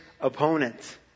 opponent